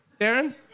Darren